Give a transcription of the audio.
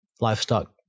livestock